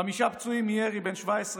חמישה פצועים מירי: בן 17 קשה,